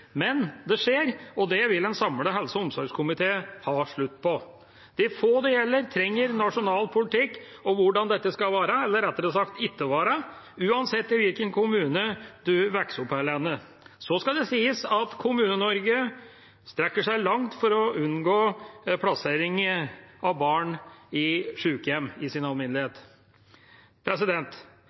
Men det skjer, og det vil en samlet helse- og omsorgskomité ha slutt på. De få det gjelder, trenger nasjonal politikk om hvordan dette skal være, eller rettere sagt ikke skal være, uansett hvilken kommune man vokser opp i her i landet. Så skal det sies at Kommune-Norge i sin alminnelighet strekker seg langt for å unngå plassering av barn i